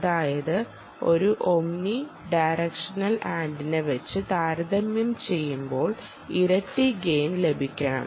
അതായത് ഒരു omni direction antenna വച്ച് താരതമ്യം ചെയ്യുമ്പോൾ ഇരട്ടി ഗെയിൻ ലഭിക്കണം